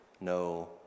no